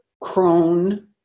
crone